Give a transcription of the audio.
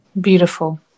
Beautiful